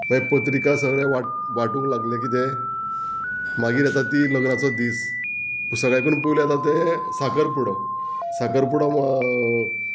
मागीर पत्रिका सगळें वाटूंक लागलें कितें मागीर आतां ती लग्नाचो दीस सगळ्याकून पयलें आतां तें साकरपुडो साकरपुडो